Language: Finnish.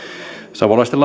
savolaisten